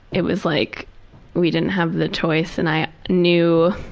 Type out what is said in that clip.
it was like we didn't have the choice and i knew